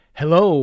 hello